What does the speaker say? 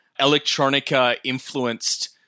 electronica-influenced